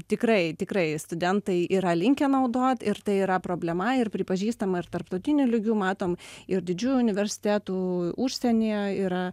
tikrai tikrai studentai yra linkę naudot ir tai yra problema ir pripažįstama ir tarptautiniu lygiu matom ir didžiųjų universitetų užsienyje yra